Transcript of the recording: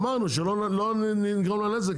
אמרנו שלא נגרום לנזק,